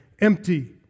empty